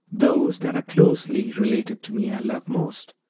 those that are closely related to me i love most.